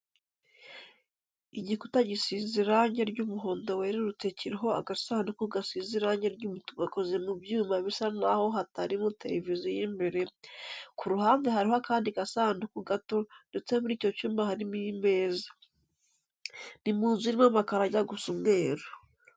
Igikuta gisize irange ry'umuhondo werurutse kiriho agasanduku gasize irange ry'umutuku gakoze mu byuma bisa n'aho harimo tereviziyo imbere, ku ruhande hariho akandi gasanduku gato ndetse muri icyo cyumba harimo imeza. Ni mu nzu irimo amakaro ajya gusa umweru.